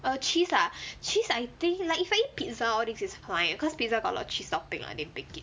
err cheese ah cheese I think like if I eat pizza all this is fine cause pizza got a lot of cheese topping what they bake it